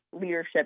leadership